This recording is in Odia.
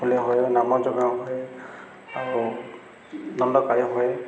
ନାମ ଯଜ୍ଞ ହୁଅ ଆଉ ଦଣ୍ଡକାୟ ହୁଏ